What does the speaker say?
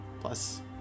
plus